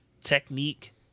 Technique